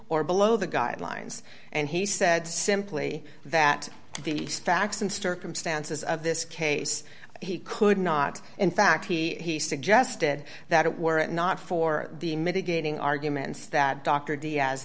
or below the guidelines and he said simply that the facts and circumstances of this case he could not in fact he he suggested that it were not for the mitigating arguments that dr diaz